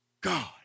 God